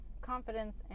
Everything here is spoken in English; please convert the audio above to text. confidence